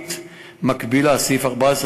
משמעתית מקבילה, סעיף 14